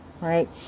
right